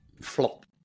flop